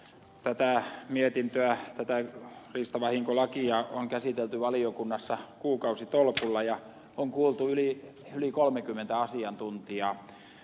tätä mietintöä tätä riistavahinkolakia on käsitelty valiokunnassa kuukausitolkulla ja on kuultu yli kolmeakymmentä asiantuntijaa